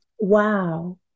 Wow